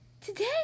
today